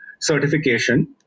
certification